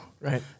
Right